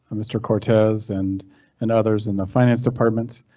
mr cortez and and others in the finance department.